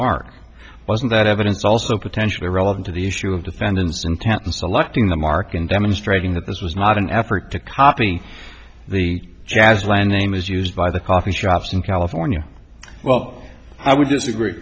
mark wasn't that evidence also potentially relevant to the issue of defendants in tampa selecting the mark and demonstrating that this was not an effort to copy the jazz landing was used by the coffee shops in california well i would disagree